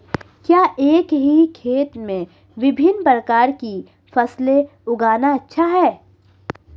क्या एक ही खेत में विभिन्न प्रकार की फसलें उगाना अच्छा है?